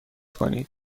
کنید